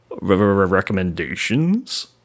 recommendations